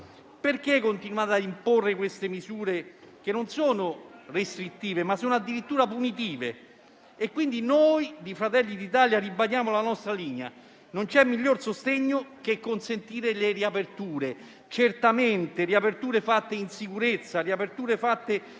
felici), continuate a imporre queste misure che non sono restrittive, ma addirittura punitive? Quindi, noi di Fratelli d'Italia ribadiamo la nostra linea. Non c'è miglior sostegno che consentire le riaperture; certamente, riaperture fatte in sicurezza e con